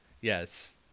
Yes